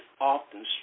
often